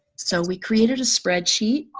so we created a spreadsheet